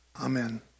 Amen